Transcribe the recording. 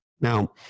Now